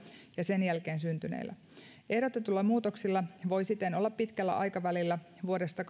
ja sen jälkeen syntyneillä ehdotetuilla muutoksilla voi siten olla pitkällä aikavälillä vuodesta